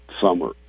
summer